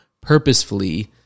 purposefully